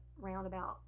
roundabout